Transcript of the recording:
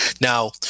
Now